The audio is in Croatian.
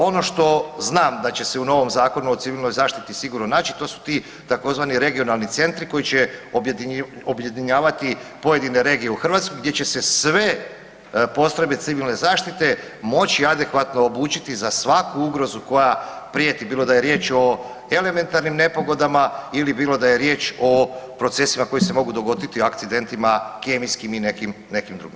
Ono što znam da će se u novom Zakonu o civilnoj zaštiti sigurno naći, to su ti tzv. regionalni centri koji će objedinjavati pojedine regije u Hrvatskoj gdje će se sve postrojbe civilne zaštite moći adekvatno obučiti za svaku ugrozu koja prijeti bilo da je riječ o elementarnim nepogodama ili bilo da je riječ o procesima koji se mogu dogoditi, akcidentima, kemijskim i nekim drugim.